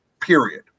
period